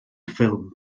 ffilm